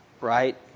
right